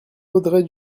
audrey